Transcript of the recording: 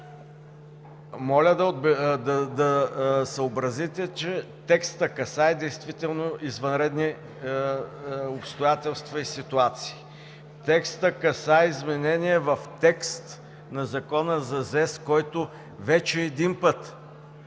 Моля да съобразите, че текстът касае действително извънредни обстоятелства и ситуации. Текстът касае изменение в текст на Закона за електронните